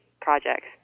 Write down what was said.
projects